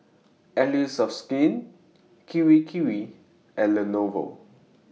Allies of Skin Kirei Kirei and Lenovo